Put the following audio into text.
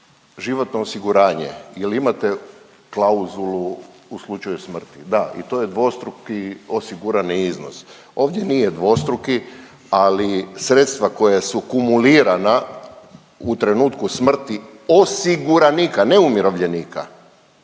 životno osiguranje, je li imate klauzulu u slučaju smrti? Da i to je dvostruki osigurani iznos. Ovdje nije dvostruki, ali sredstva koja su kumulirana u trenutku smrti osiguranika, ne umirovljenika,